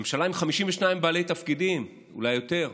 ממשלה עם 52 בעלי תפקידים, אולי יותר,